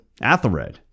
Athelred